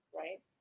right